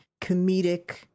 comedic